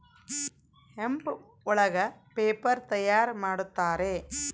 hemp ಒಳಗ paper ತಯಾರ್ ಮಾಡುತ್ತಾರೆ